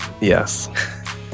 Yes